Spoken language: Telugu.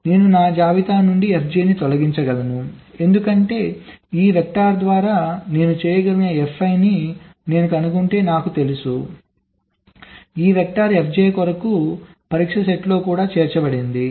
కాబట్టి నేను నా జాబితా నుండి fj ని తొలగించగలను ఎందుకంటే ఈ వెక్టర్ ద్వారా నేను చేయగలిగిన fi ని నేను కనుగొంటే నాకు తెలుసు ఈ వెక్టర్ fj కొరకు పరీక్ష సెట్లో కూడా చేర్చబడింది